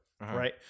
right